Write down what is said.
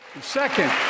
Second